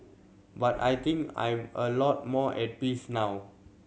but I think I'm a lot more at peace now